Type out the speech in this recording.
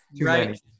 Right